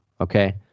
okay